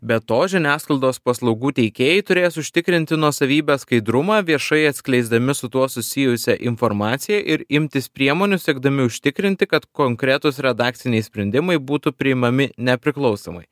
be to žiniasklaidos paslaugų teikėjai turės užtikrinti nuosavybės skaidrumą viešai atskleisdami su tuo susijusią informaciją ir imtis priemonių siekdami užtikrinti kad konkretūs redakciniai sprendimai būtų priimami nepriklausomai